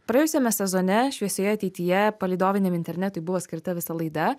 praėjusiame sezone šviesioje ateityje palydoviniam internetui buvo skirta visa laida